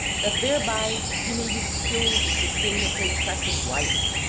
that thereby ye may be skilled to sus tain a protracted life!